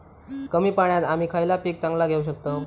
कमी पाण्यात आम्ही खयला पीक चांगला घेव शकताव?